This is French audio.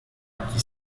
qui